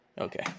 Okay